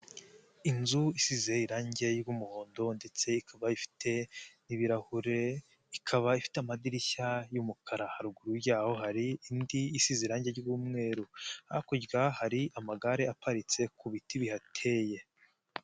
Inzu isize irangi ry'umuhondo ndetse ikaba ifite n'ibirahure, ikaba ifite amadirishya y'umukara, haruguru yaho hari indi isize irangi ry'umweru, hakurya hari amagare aparitse ku biti bihateye.